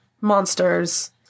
monsters